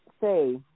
say